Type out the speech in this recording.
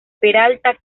peralta